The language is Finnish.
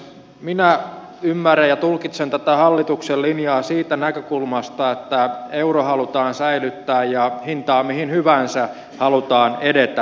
minä ymmärrän ja tulkitsen tätä hallituksen linjaa siitä näkökulmasta että euro halutaan säilyttää ja hintaan mihin hyvänsä halutaan edetä